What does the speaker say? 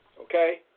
okay